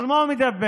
על מה הוא מדבר?